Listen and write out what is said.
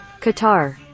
Qatar